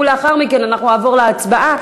ולאחר מכן אנחנו נעבור להצבעה,